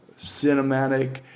cinematic